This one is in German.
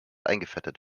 eingefettet